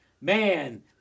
Man